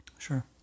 Sure